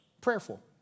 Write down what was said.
Prayerful